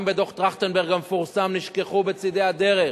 גם בדוח-טרכטנברג המפורסם, נשכחו בצדי הדרך.